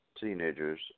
teenagers